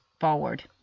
forward